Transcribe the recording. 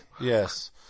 Yes